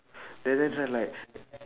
there that's why like